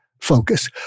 focus